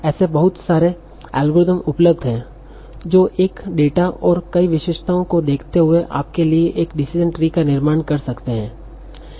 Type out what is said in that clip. ऐसे बहुत सारे एल्गोरिदम उपलब्ध हैं जो एक डेटा और कई विशेषताओं को देखते हुए आपके लिए एक डिसीजन ट्री का निर्माण कर सकते है